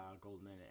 Goldman